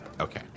Okay